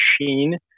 machine